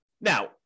Now